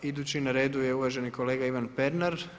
Idući na redu je uvaženi kolega Ivan Pernar.